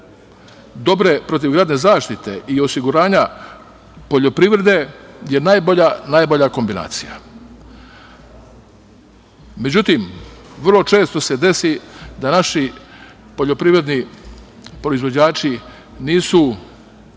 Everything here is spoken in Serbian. dobre protivgradne zaštite i osiguranja poljoprivrede je najbolja kombinacija. Međutim, vrlo često se desi da naši poljoprivredni proizvođači nisu